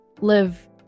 live